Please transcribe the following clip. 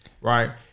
right